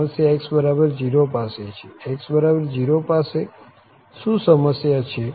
સમસ્યા x0 પાસે છે x0 પાસે શું સમસ્યા છે